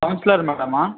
councillor மேடமா